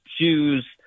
shoes